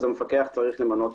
המפקח צריך למנות